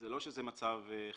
כך שלא שזה מצב חריג.